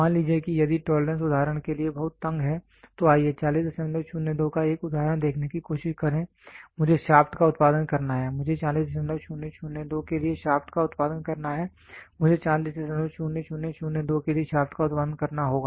मान लीजिए कि यदि टॉलरेंस उदाहरण के लिए बहुत तंग है तो आइए 4002 का एक उदाहरण देखने की कोशिश करें मुझे शाफ्ट का उत्पादन करना है मुझे 40002 के लिए शाफ्ट का उत्पादन करना है मुझे 400002 के लिए शाफ्ट का उत्पादन करना होगा